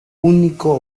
único